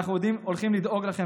אנחנו הולכים לדאוג לכם,